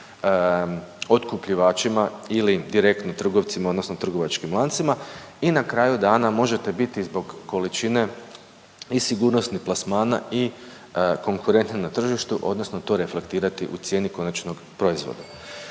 otkupljivačima ili direktno trgovcima odnosno trgovačkim lancima i na kraju dana možete biti zbog količine i sigurnosnih plasmana i konkurentni na tržištu odnosno to reflektirati u cijeni konačnog proizvoda.